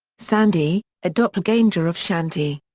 sandy, a doppelganger of shanti.